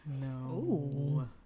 no